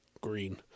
green